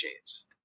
chance